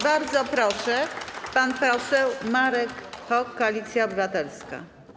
Bardzo proszę, pan poseł Marek Hok, Koalicja Obywatelska.